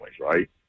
right